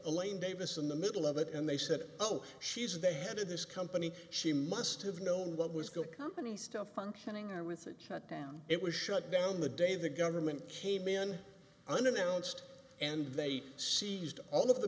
elaine davis in the middle of it and they said oh she's the head of this company she must have known what was going company's stuff functioning there with it shut down it was shut down the day the government came man unannounced and they seized all of the